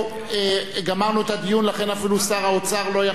גמרנו את הדיון, לכן אפילו שר האוצר לא יכול.